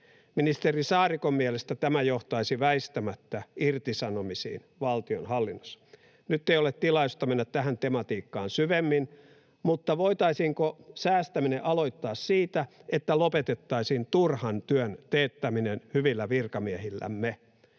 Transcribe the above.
Ministeri Saarikon mielestä tämä johtaisi väistämättä irtisanomisiin valtionhallinnossa. Nyt ei ole tilaisuutta mennä tähän tematiikkaan syvemmin, mutta voitaisiinko säästäminen aloittaa siitä, että lopetettaisiin turhan työn teettäminen hyvillä virkamiehillämme?